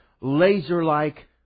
laser-like